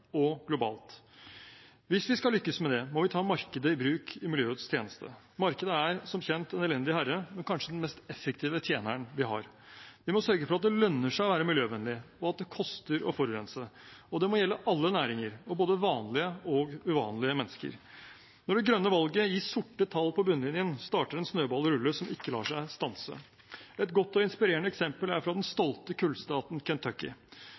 og globalt. Hvis vi skal lykkes med det, må vi ta markedet i bruk i miljøets tjeneste. Markedet er som kjent en elendig herre, men kanskje den mest effektive tjeneren vi har. Vi må sørge for at det lønner seg å være miljøvennlig, og at det koster å forurense, og det må gjelde alle næringer og både vanlige og uvanlige mennesker. Når det grønne valget gir sorte tall på bunnlinjen, starter en snøball å rulle som ikke lar seg stanse. Et godt og inspirerende eksempel er fra den